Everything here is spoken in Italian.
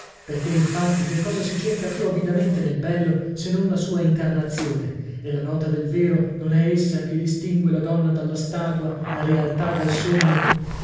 perchè infatti che cosa si cerca più avidamente nel bello se non la sua incarnazione e la nota del vero non è essa che distingue la donna dalla statua la realtà dal sogno